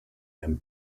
them